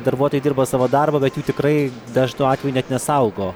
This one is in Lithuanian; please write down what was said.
darbuotojai dirba savo darbą bet jų tikrai dažnu atveju net nesaugo